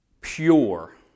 pure